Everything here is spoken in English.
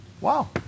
Wow